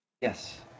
Yes